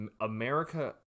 america